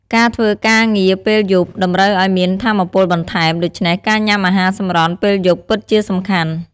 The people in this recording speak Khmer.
ការធ្វើការងារពេលយប់តម្រូវឱ្យមានថាមពលបន្ថែម ដូច្នេះការញ៉ាំអាហារសម្រន់ពេលយប់ពិតជាសំខាន់។